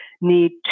need